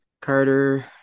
Carter